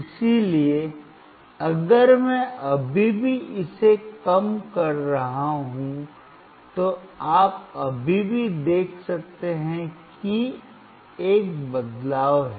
इसलिए अगर मैं अभी भी इसे कम कर रहा हूं तो आप अभी भी देख सकते हैं कि एक बदलाव है